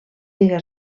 ziga